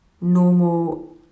normal